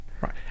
right